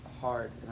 hard